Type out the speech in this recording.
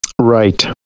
right